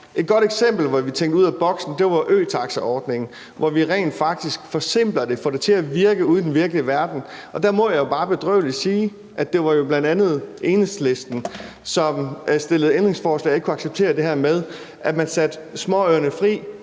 Et godt eksempel, hvor vi tænkte ud af boksen, var øtaxaordningen, hvor vi rent faktisk forsimpler det og får det til at virke ude i den virkelige verden, og der må jeg jo bare bedrøveligt sige, at det bl.a. var Enhedslisten, som stillede ændringsforslag og ikke kunne acceptere det her med, at man satte småøerne fri,